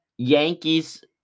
Yankees